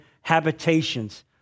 habitations